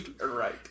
Right